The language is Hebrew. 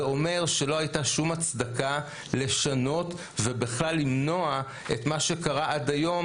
זה אומר שלא הייתה שום הצדקה לשנות ובכלל למנוע את מה שקרה עד היום,